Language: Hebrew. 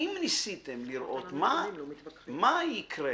ניסיתם לראות מה יקרה